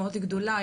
מאוד גדולה,